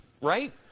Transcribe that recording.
right